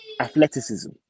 athleticism